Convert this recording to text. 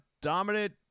dominant